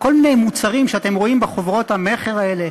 כל מיני מוצרים שאתם רואים בחוברות המכר האלה,